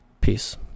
peace